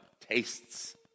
tastes